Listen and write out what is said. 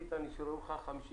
נשארו לך 55%,